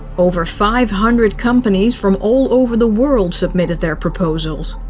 over five hundred companies from all over the world submitted their proposals.